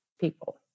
people